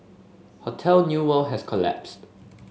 Hotel New World has collapsed